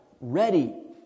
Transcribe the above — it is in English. ready